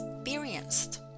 experienced